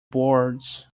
boards